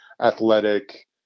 athletic